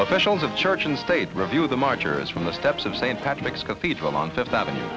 officials of church and state revue the marchers from the steps of st patrick's cathedral on fifth avenue